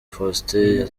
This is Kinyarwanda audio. faustin